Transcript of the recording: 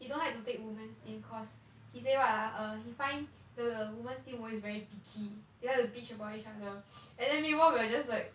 he don't like to take women's team cause he say what ah err he find the women's team always very bitchy they like to bitch about each other and then meanwhile we're just like